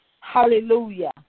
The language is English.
Hallelujah